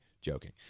joking